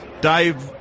Dave